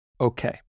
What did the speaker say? Okay